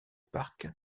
parc